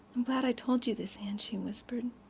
i'm glad i've told you this, anne, she whispered.